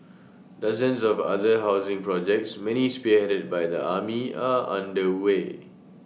dozens of other housing projects many spearheaded by the army are underway